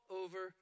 over